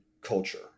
culture